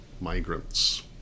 migrants